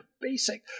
basic